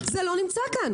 זה לא נמצא כאן.